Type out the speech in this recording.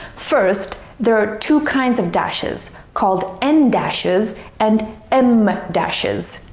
first, there are two kinds of dashes, called en dashes and em dashes.